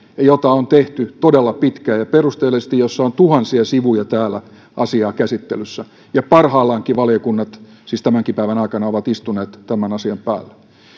jota on tehty todella pitkään ja perusteellisesti jossa on tuhansia sivuja asiaa käsittelyssä ja parhaillaankin valiokunnat siis tämänkin päivän aikana ovat istuneet tämän asian päällä